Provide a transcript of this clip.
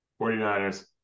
49ers